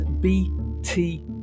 bt